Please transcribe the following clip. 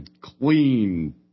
clean